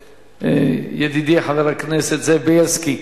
ידידי חבר הכנסת זאב בילסקי,